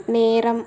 நேரம்